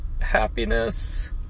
happiness